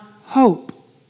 hope